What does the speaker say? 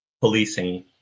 policing